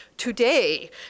Today